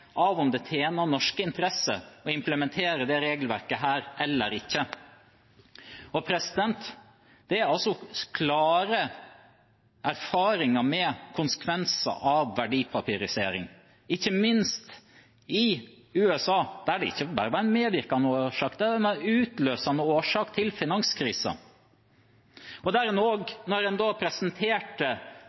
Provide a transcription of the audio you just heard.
av om det tjener norske interesser å implementere dette regelverket eller ikke. Det er klare erfaringer med konsekvenser av verdipapirisering, ikke minst i USA, der det ikke bare var en medvirkende, men en utløsende årsak til finanskrisen. Da en presenterte dette regelverket og forslaget fra Finansdepartementet, erkjente en for det første at en